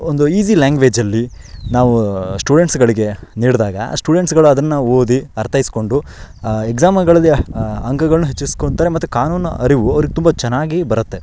ಒಂದು ಈಸಿ ಲ್ಯಾಂಗ್ವೇಜಲ್ಲಿ ನಾವು ಸ್ಟೂಡೆಂಟ್ಸ್ಗಳಿಗೆ ನೀಡಿದಾಗ ಆ ಸ್ಟೂಡೆಂಟ್ಸ್ಗಳು ಅದನ್ನು ಓದಿ ಅರ್ಥೈಸ್ಕೊಂಡು ಎಕ್ಸಾಮಗಳಲ್ಲಿ ಅಂಕಗಳ್ನ ಹೆಚ್ಚಿಸ್ಕೊಳ್ತಾರೆ ಮತ್ತು ಕಾನೂನು ಅರಿವು ಅವ್ರಿಗೆ ತುಂಬ ಚೆನ್ನಾಗಿ ಬರುತ್ತೆ